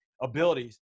abilities